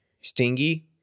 Stingy